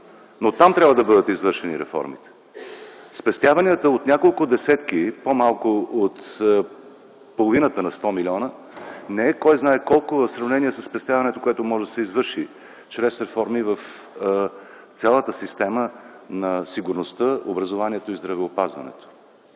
но там трябва да бъдат извършени реформите. Спестяванията от няколко десетки, по-малко от половината на 100 милиона, не е кой знае колко в сравнение със спестяването, което може да се извърши чрез реформи в цялата система на сигурността, образованието и здравеопазването.